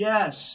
Yes